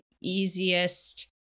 easiest